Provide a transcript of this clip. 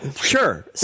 Sure